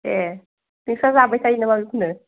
ए नोंस्रा जाबाय थायो नामा बेखौनो